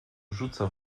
rzuca